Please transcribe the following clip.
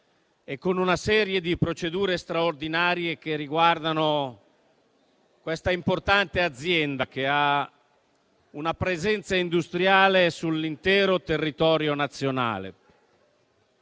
e con una serie di procedure straordinarie che riguardano questa importante azienda, che ha una presenza industriale sull'intero territorio nazionale.